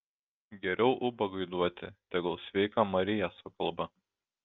geriau ubagui duoti tegul sveika marija sukalba